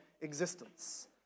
existence